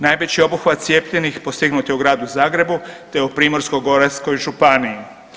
Najveći obuhvat cijepljenih postignut je u Gradu Zagrebu te u Primorsko-goranskoj županiji.